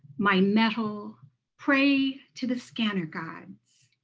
my metal pray to the scanner gods.